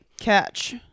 catch